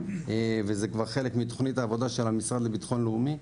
וזה כבר חלק מתוכנית העבודה של המשרד לביטחון לאומי.